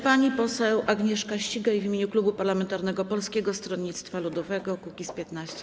Pani poseł Agnieszka Ścigaj w imieniu klubu parlamentarnego Polskiego Stronnictwa Ludowego - Kukiz15.